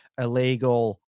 illegal